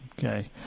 okay